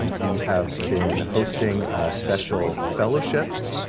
um we have been hosting special fellowships,